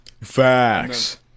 Facts